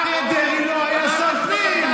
אריה דרעי לא היה שר פנים.